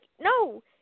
no